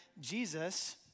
Jesus